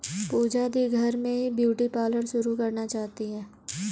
पूजा दी घर में ही ब्यूटी पार्लर शुरू करना चाहती है